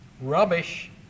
rubbish